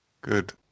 good